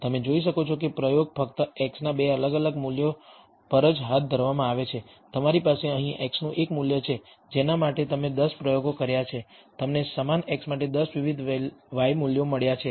તમે જોઈ શકો છો કે પ્રયોગ ફક્ત x ના 2 અલગ અલગ મૂલ્યો પર જ હાથ ધરવામાં આવે છે તમારી પાસે અહીં x નું એક મૂલ્ય છે જેના માટે તમે 10 પ્રયોગો કર્યા છે તમને સમાન x માટે 10 વિવિધ y મૂલ્યો મળ્યાં છે